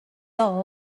all